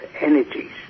energies